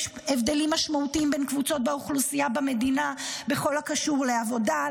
יש הבדלים משמעותיים בין קבוצות באוכלוסייה במדינה בכל הקשור לעבודה,